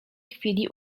chwili